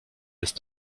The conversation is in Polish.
jest